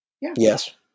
Yes